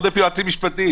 יש עודף יועצים משפטיים.